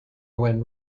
when